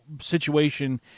situation